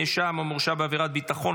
נאשם או מורשע בעבירת ביטחון,